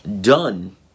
done